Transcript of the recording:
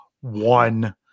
one